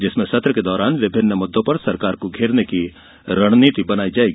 जिसमें सत्र के दौरान विभिन्न मुद्दों पर सरकार को घेरने की रणनीति बनाई जायेगी